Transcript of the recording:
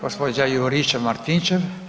Gospođa Juričev Martinčev.